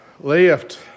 Lift